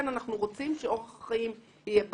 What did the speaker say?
כן, אנחנו רוצים שאורח החיים יהיה בריא.